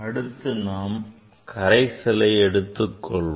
அடுத்து நாம் கரைசலை எடுத்துக் கொள்வோம்